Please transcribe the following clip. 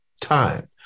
time